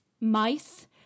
mice